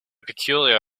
peculiar